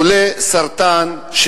חולה סרטן,